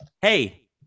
Hey